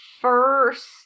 first